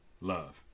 love